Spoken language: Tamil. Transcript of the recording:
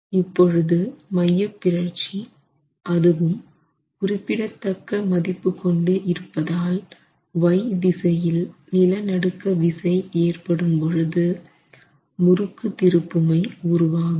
இப்பொழுது மையப்பிறழ்ச்சி அதுவும் குறிப்பிடத்தக்க மதிப்பு கொண்டு இருப்பதால் y திசையில் நிலநடுக்க விசை ஏற்படும் பொழுது முறுக்கு திருப்புமை உருவாகும்